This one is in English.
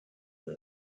him